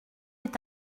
est